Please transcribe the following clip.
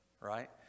right